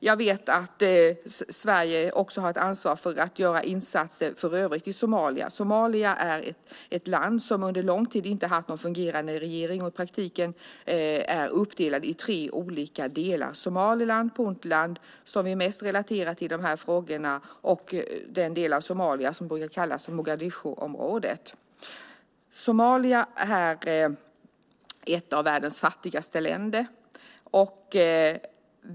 Jag vet också att Sverige har ett ansvar för att göra insatser i övrigt i Somalia. Somalia är ett land som under lång tid inte haft någon fungerande regering och i praktiken är uppdelat i tre olika delar, Somaliland, Puntland, som det här problemet är mest relaterat till, och den del av Somalia som brukar kallas för Mogadishuområdet. Somalia är ett av världens fattigaste länder.